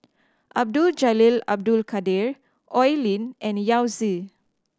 Abdul Jalil Abdul Kadir Oi Lin and Yao Zi